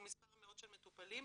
של מטופלים.